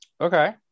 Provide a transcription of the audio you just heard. Okay